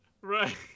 Right